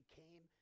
came